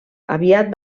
aviat